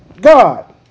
God